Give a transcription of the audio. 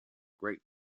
great